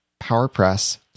PowerPress